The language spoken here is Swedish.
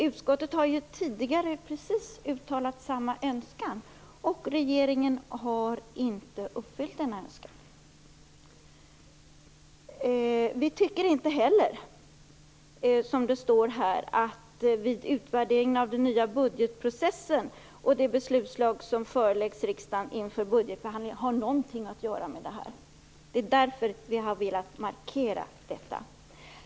Utskottet har tidigare uttalat precis samma önskan, och regeringen har inte uppfyllt den önskan. Det står i betänkandet att det pågår en utvärdering av den nya budgetprocessen och det beslutsunderlag som föreläggs riksdagen inför budgetbehandlingen. Vi tycker inte att det har någonting med det här att göra. Därför har vi velat markera detta.